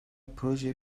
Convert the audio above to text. proje